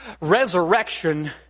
resurrection